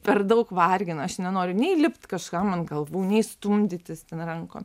per daug vargina aš nenoriu nei lipt kažkam ant galvų nei stumdytis ten rankom